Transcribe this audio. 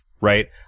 right